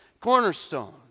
cornerstone